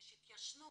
יש התיישנות.